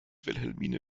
wilhelmine